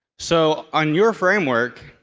so, on your framework,